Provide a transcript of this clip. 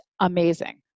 amazing